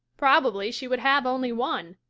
probably she would have only one.